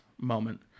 moment